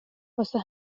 واسه